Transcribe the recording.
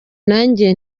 nanjye